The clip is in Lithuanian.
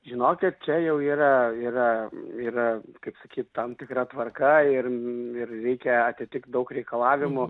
žinokit čia jau yra yra yra kaip sakyt tam tikra tvarka ir ir reikia atitikt daug reikalavimų